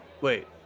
wait